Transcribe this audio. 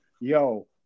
Yo